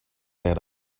that